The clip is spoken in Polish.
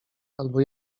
albo